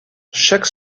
chaque